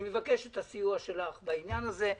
אני מבקש את הסיוע שלך בעניין הזה.